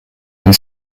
and